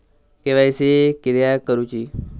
KYC किदयाक करूची?